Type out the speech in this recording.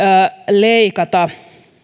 leikata